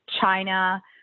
China